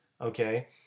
okay